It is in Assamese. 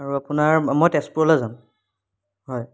আৰু আপোনাৰ মই তেজপুৰলৈ যাম হয়